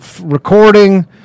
recording